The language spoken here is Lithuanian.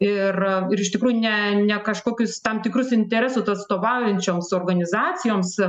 ir ir iš tikrųjų ne ne kažkokius tam tikrus interesus atstovaujančioms organizacijoms